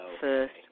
first